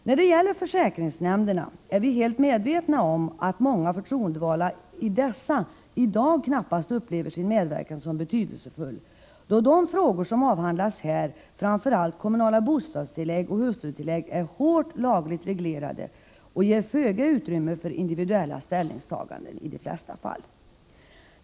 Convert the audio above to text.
När det gäller försäkringsnämnderna är vi helt medvetna om att många förtroendevalda i dessa i dag knappast upplever sin medverkan som betydelsefull, då de frågor som avhandlas där, framför allt kommunala bostadstillägg och hustrutillägg, är hårt lagligt reglerade och i de flesta fall ger föga utrymme för individuella ställningstaganden.